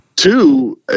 Two